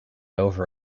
over